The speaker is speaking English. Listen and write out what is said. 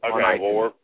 Okay